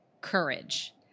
courage